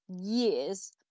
years